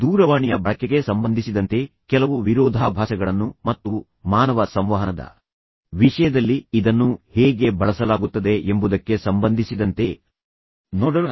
ದೂರವಾಣಿಯ ಬಳಕೆಗೆ ಸಂಬಂಧಿಸಿದಂತೆ ಕೆಲವು ವಿರೋಧಾಭಾಸಗಳನ್ನು ಮತ್ತು ಮಾನವ ಸಂವಹನದ ವಿಷಯದಲ್ಲಿ ಇದನ್ನು ಹೇಗೆ ಬಳಸಲಾಗುತ್ತದೆ ಎಂಬುದಕ್ಕೆ ಸಂಬಂಧಿಸಿದಂತೆ ನೋಡೋಣ